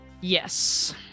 Yes